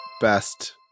best